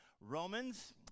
Romans